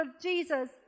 Jesus